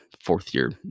fourth-year